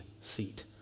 seat